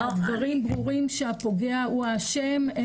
הדברים ברורים שהפוגע הוא האשם.